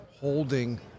holding